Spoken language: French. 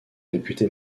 réputé